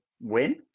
win